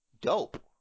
dope